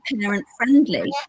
parent-friendly